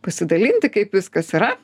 pasidalinti kaip viskas yra